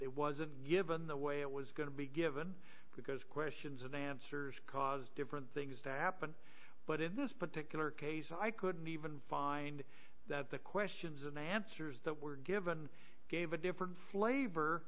it wasn't given the way it was going to be given because questions and answers caused different things to happen but in this particular case i couldn't even find that the questions and answers that were given gave a different flavor